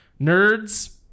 nerds